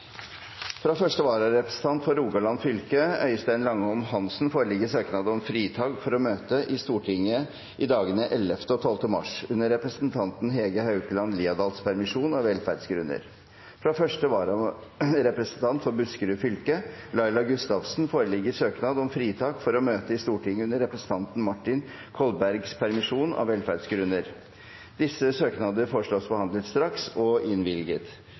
Fra første vararepresentant for Rogaland fylke, Øystein Langholm Hansen, foreligger søknad om fritak for å møte i Stortinget i dagene 11. og 12. mars under representanten Hege Haukeland Liadals permisjon, av velferdsgrunner. Fra første vararepresentant for Buskerud fylke, Laila Gustavsen, foreligger søknad om fritak for å møte i Stortinget under representanten Martin Kolbergs permisjon, av velferdsgrunner. Etter forslag fra presidenten ble enstemmig besluttet: Disse søknader behandles straks og